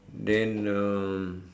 then um